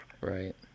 Right